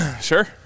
sure